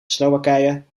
slowakije